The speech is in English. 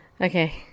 okay